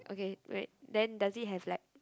okay wait does it has like